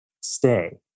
stay